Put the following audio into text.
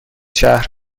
شهر